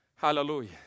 Hallelujah